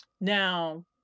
Now